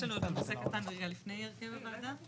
יש לנו עוד נושא קטן לפני הרכב הוועדה.